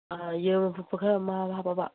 ꯌꯦꯔꯨꯝ ꯑꯐꯨꯠꯄ ꯈꯔ ꯑꯃ ꯍꯥꯞꯞꯕ